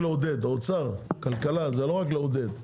האוצר, כלכלה, זה לא רק לעודד.